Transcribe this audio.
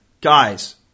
guys